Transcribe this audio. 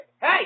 Hey